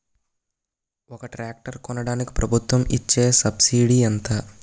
ఒక ట్రాక్టర్ కొనడానికి ప్రభుత్వం ఇచే సబ్సిడీ ఎంత?